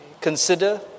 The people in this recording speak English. consider